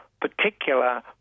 particular